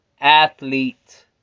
athlete